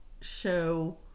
show